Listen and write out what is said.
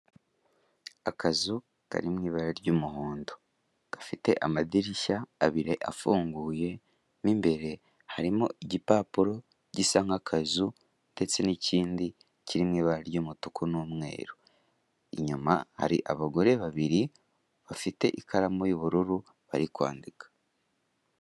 Akazu kari mu ibara ry'umuhondo gafite amadirishya abiri afunguye mo imbere harimo igipapuro gisa nk'akazu ndetse n'ikindi kiri mu ibara ry'umutuku n'umweru, inyuma hari abagore babiri bafite ikaramu y'ubururu bari kwandika.